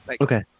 Okay